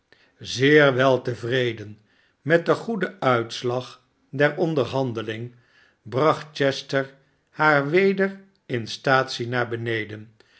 zeer weltevreden met den gbeden uitslag der onderhandeling bracht chester haar weder in staatsie naar beneden